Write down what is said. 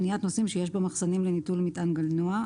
passenger Ship אניית נוסעים שיש בה מחסנים לניטול מטען גלנוע.